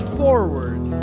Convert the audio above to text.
forward